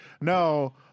no